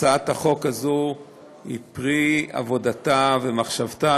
הצעת החוק הזאת היא פרי עבודתה ומחשבתה